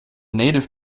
native